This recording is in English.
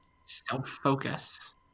Self-focus